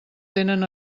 tenen